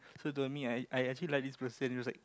so to me I I actually like this person he was like